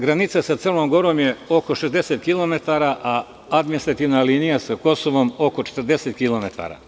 Granica sa Crnom Gorom je oko 60 kilometara, a administrativna linija sa Kosovom oko 40 kilometara.